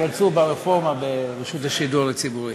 רצינו ברפורמה ברשות השידור הציבורי.